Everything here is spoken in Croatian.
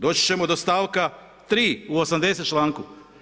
Dođi ćemo do stavka 3., u 80 članku.